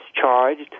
charged